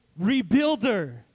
rebuilder